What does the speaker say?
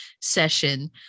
session